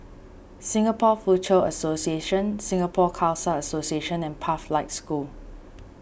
Singapore Foochow Association Singapore Khalsa Association and Pathlight School